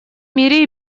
мире